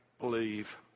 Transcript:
believe